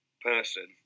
person